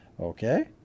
Okay